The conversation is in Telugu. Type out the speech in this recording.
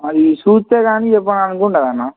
అది చూస్తే కానీ చెప్పననుకుంటదన్న